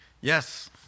yes